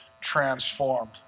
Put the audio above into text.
transformed